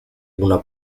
una